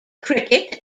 cricket